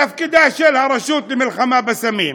תפקידה של הרשות למלחמה בסמים,